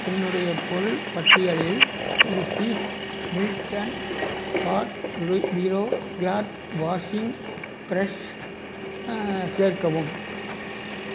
என்னுடைய பொருள் பட்டியலில் ஒரு பீஸ் மில்டன் ஸ்பாட்ரிரோ கிளாத் வாஷிங் பிரஷ் சேர்க்கவும்